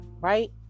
right